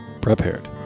prepared